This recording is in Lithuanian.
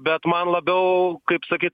bet man labiau kaip sakyt